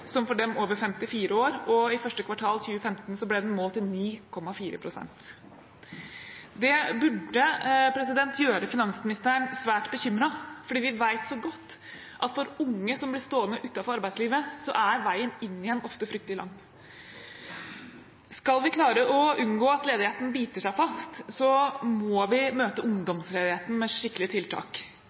som for dem over 54 år, og i 1. kvartal 2015 ble den målt til 9,4 pst. Det burde gjøre finansministeren svært bekymret, for vi vet så godt at for unge som blir stående utenfor arbeidslivet, er veien inn igjen ofte fryktelig lang. Skal vi klare å unngå at ledigheten biter seg fast, må vi møte ungdomsledigheten med skikkelige tiltak,